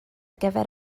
gyfer